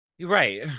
Right